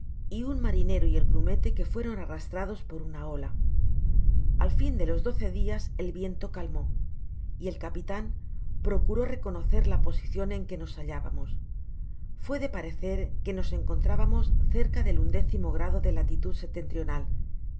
y un marinero y el grumete que fueron arrastrados por una ola ai fin de los doce dias el viento calmó y el capitan procuró reconocer la posicion en que nos hallábamos fuá de parecer que nos encontrábamos cerca del undécimo grado de latitud